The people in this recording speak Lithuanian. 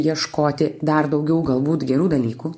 ieškoti dar daugiau galbūt gerų dalykų